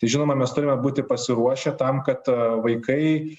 tai žinoma mes turime būti pasiruošę tam kad vaikai